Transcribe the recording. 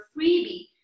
freebie